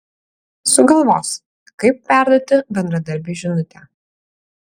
sugalvos kaip perduoti bendradarbiui žinutę